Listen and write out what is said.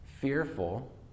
fearful